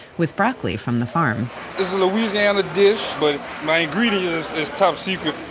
with broccoli from the farm it's a louisiana dish, but my ingredients is top secret,